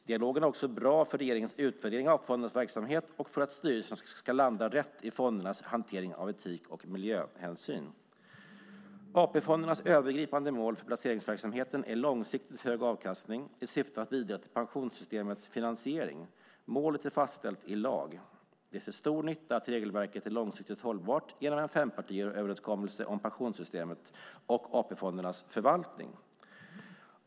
Dialogen är också bra för regeringens utvärdering av AP-fondernas verksamhet och för att styrelserna ska landa rätt i fondernas hantering av etik och miljöhänsyn. AP-fondernas övergripande mål för placeringsverksamheten är långsiktigt hög avkastning i syfte att bidra till pensionssystemets finansiering. Målet är fastställt i lag. Det är till stor nytta att regelverket är långsiktigt hållbart genom fempartiöverenskommelsen om pensionssystemet och AP-fondernas förvaltning.